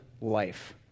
life